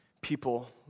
people